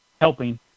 helping